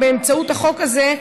באמצעות החוק הזה,